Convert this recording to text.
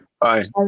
Bye